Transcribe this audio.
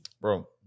Bro